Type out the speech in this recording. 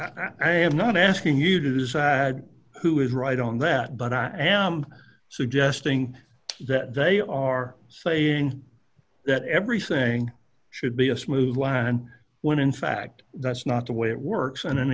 experts i am not asking you to decide who is right on that but i am suggesting that they are saying that everything should be a smooth line when in fact that's not the way it works and an